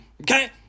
okay